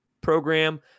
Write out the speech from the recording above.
program